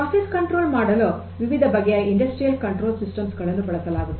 process ನಿಯಂತ್ರಣ ಮಾಡಲು ವಿವಿಧ ಬಗೆಯ ಇಂಡಸ್ಟ್ರಿಯಲ್ ಕಂಟ್ರೋಲ್ ಸಿಸ್ಟಮ್ ಗಳನ್ನು ಬಳಸಲಾಗುತ್ತದೆ